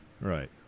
Right